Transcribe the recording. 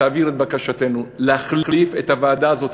תעביר את בקשתנו להחליף את הוועדה הזאת.